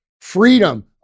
freedom